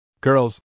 Girls